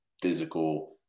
physical